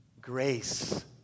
grace